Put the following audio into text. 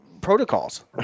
protocols